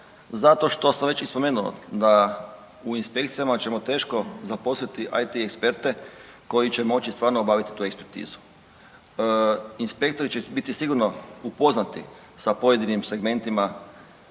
zato što sam već i spomenuo da u inspekcijama ćemo teško zaposliti IT eksperte koji će moći stvarno obaviti tu ekspertizu. Inspektori će biti sigurno upoznati sa pojedinim segmentima